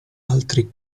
altri